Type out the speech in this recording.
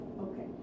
Okay